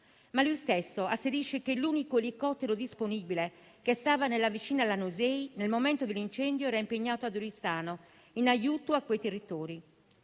Ma lui stesso asserisce che l'unico elicottero disponibile, che stava nella vicina Lanusei, nel momento dell'incendio era impegnato ad Oristano in aiuto a quei territori.